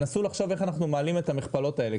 תנסו לחשוב איך אנחנו מעלים את המכפלות האלה,